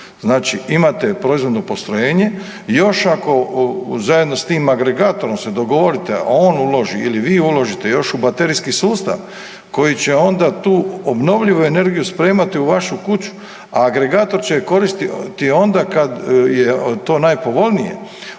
Znači imate proizvodno postrojenje, još ako zajedno s tim agregatorom se dogovorite a on uloži ili vi uložite još u baterijski sustav koji će onda tu obnovljivu energiju spremati u vašu kući a agregator će je koristiti onda kada je to najpovoljnije,